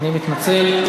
אני מתנצל.